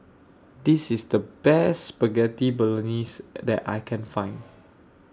This IS The Best Spaghetti Bolognese that I Can Find